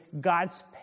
God's